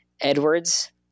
Edwards